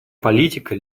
политика